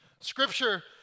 Scripture